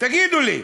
תגידו לי.